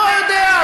לא יודע.